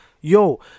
yo